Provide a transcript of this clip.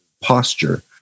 posture